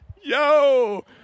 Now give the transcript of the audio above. Yo